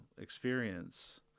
experience